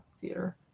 theater